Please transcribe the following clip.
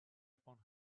upon